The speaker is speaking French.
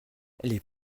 les